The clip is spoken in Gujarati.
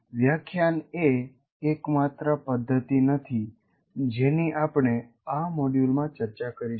વ્યાખ્યાન એ એકમાત્ર પદ્ધતિ નથી જેની આપણે આ મોડ્યુલમાં ચર્ચા કરીશુ